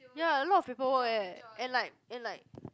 ya a lot of paperwork eh and like and like